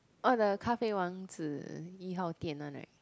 oh that one right 咖啡王子一号店